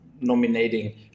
nominating